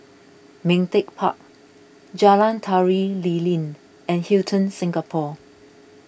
Ming Teck Park Jalan Tari Lilin and Hilton Singapore